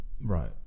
Right